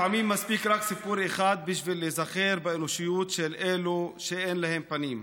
לפעמים מספיק רק סיפור אחד בשביל להיזכר באנושיות של אלו שאין להם פנים.